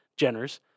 Jenners